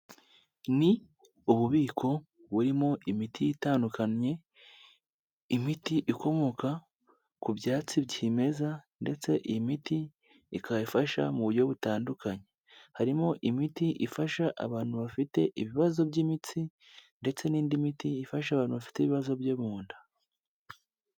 Ni ububiko burimo imiti itandukanye, imiti ikomoka ku byatsi cyimeza ndetse iyi miti ikaba ifasha mu buryo butandukanye, harimo imiti ifasha abantu bafite ibibazo by'imitsi ndetse n'indi miti ifasha abantu bafite ibibazo byo mu nda.